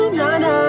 na-na